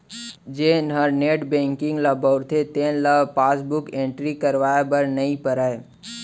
जेन हर net banking ल बउरथे तेन ल पासबुक एंटरी करवाए बर नइ परय